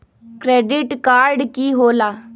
Credit card की होला?